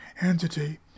entity